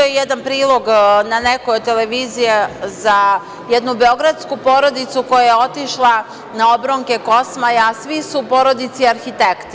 Bio je jedan prilog na nekoj od televizija za jednu beogradsku porodicu koja je otišla na obronke Kosmaja, a svi su u porodici arhitekte.